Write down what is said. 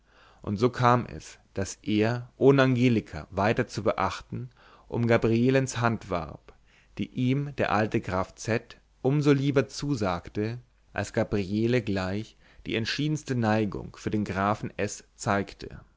und so kam es daß er ohne angelika weiter zu beachten um gabrielens hand warb die ihm der alte graf z um so lieber zusagte als gabriele gleich die entschiedenste neigung für den grafen s zeigte